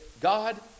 God